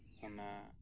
ᱚᱱᱟ